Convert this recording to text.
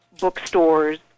Bookstores